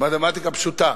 מתמטיקה פשוטה.